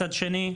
מצד שני,